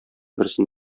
берсен